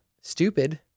stupid